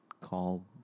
call